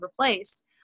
replaced